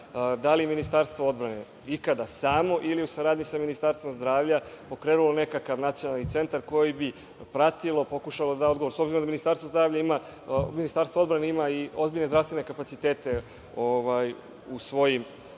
Da li je Ministarstvo odbrane ikada ili u saradnji sa Ministarstvom zdravlja pokrenulo nekakav nacionalni centar koji bi pratio, pokušao da da odgovor, s obzirom da Ministarstvo odbrane ima ozbiljne zdravstvene kapacitete pod svojim